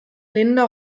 linda